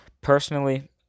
Personally